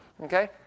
Okay